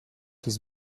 his